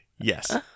Yes